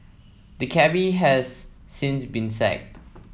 the cabby has since been sacked